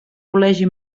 col·legi